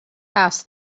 asked